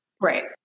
Right